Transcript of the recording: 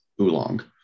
oolong